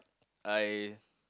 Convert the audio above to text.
I